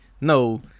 No